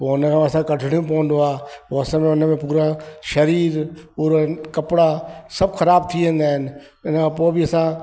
पोइ उन खे असां खे कढिणो पवंदो आहे पोइ असांखे उन में पूरा शरीर पूरे कपिड़ा सभु ख़राब थी वेंदा आहिनि इन खां पोइ बि असां